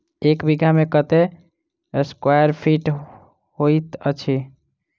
एक बीघा मे कत्ते स्क्वायर फीट होइत अछि?